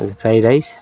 अनि fry rice